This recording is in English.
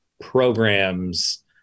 programs